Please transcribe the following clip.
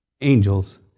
angels